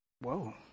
Whoa